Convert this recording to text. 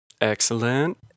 Excellent